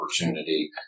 opportunity